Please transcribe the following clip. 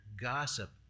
gossip